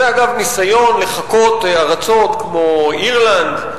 זה, אגב, ניסיון לחקות ארצות כמו אירלנד.